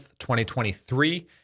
2023